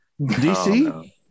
DC